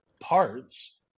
parts